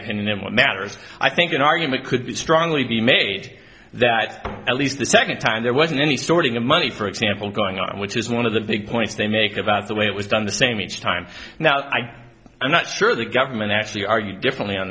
what matters i think an argument could be strongly be made that at least the second time there wasn't any sorting of money for example going on which is one of the big points they make about the way it was done the same each time now i'm not sure the government actually argue differently on